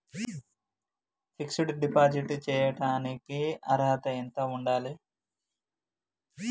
Fix డ్ deposit చేయటానికి అర్హత ఎంత ఉండాలి?